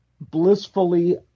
blissfully